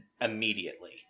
immediately